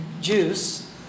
juice